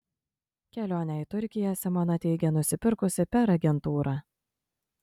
kelionę į turkiją simona teigia nusipirkusi per agentūrą